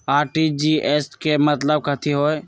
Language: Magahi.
आर.टी.जी.एस के मतलब कथी होइ?